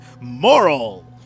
Moral